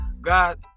god